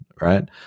right